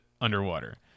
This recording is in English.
underwater